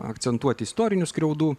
akcentuoti istorinių skriaudų